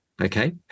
Okay